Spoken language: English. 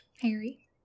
Harry